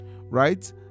right